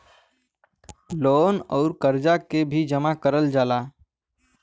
loan अउर करजा के भी जमा करल जाला